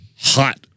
hot